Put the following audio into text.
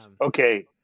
Okay